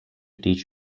teach